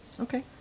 Okay